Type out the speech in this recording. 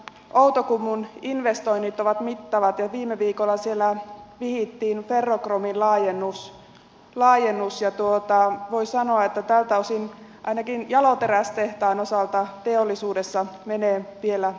outokummun investoinnit ovat mittavat ja viime viikolla siellä vihittiin ferrokromin laajennus ja voi sanoa että tältä osin ainakin jaloterästehtaan osalta teollisuudessa menee vielä hyvin